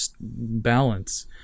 balance